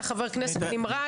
אתה חבר כנסת נמרץ.